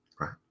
right